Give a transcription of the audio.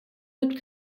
mit